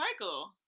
cycle